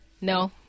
No